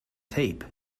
tape